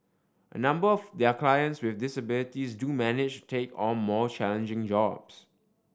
a number of their clients with disabilities do manage take on more challenging jobs